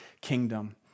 kingdom